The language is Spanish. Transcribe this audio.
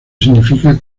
significa